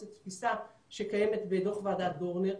זו תפיסה שקיימת בדוח ועדת דורנר,